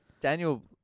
Daniel